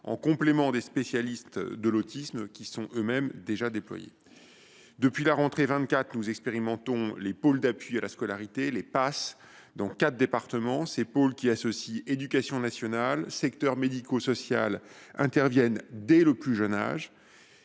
en complément des spécialistes de l’autisme déjà déployés. Depuis la rentrée 2024, nous expérimentons les pôles d’appui à la scolarité (PAS) dans quatre départements. Ces pôles, qui associent éducation nationale et secteur médico social, interviennent dès le plus jeune âge